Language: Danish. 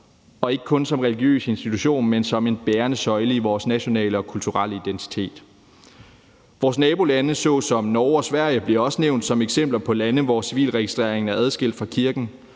– ikke kun som religiøs institution, men som en bærende søjle i vores nationale og kulturelle identitet. Vores nabolande såsom Norge og Sverige bliver også nævnt som eksempler på lande, hvor civilregistrering er adskilt fra kirken.